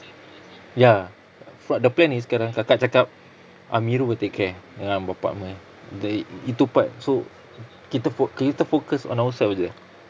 ya but the plan is sekarang kakak cakap amirul will take care dengan bapa semua jadi itu part so kita fo~ kita focus on our side jer